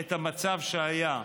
את המצב שהיה,